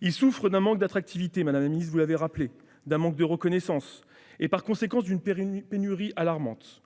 Il souffre d'un manque d'attractivité- vous l'avez rappelé, madame la ministre -, d'un manque de reconnaissance et, par conséquent, d'une pénurie alarmante.